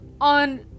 on